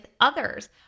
others